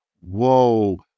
Whoa